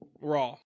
raw